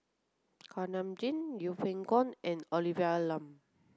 Kuak Nam Jin Yeng Pway Ngon and Olivia Lum